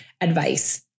advice